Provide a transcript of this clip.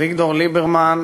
אביגדור ליברמן